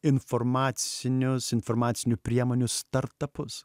informacinius informacinių priemonių starptapus